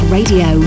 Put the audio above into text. Radio